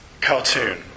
cartoon